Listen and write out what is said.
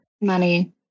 money